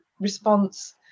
response